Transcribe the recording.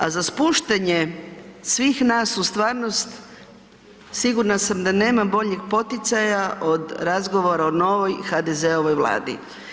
A za spuštanje svih nas u stvarnost sigurna sam da nema boljeg poticaja od razgovora o novoj HDZ-ovoj vladi.